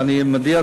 ואני מודיע,